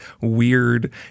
weird